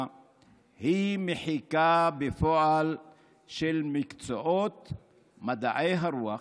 היא מחיקה בפועל של מקצועות מדעי הרוח